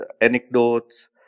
anecdotes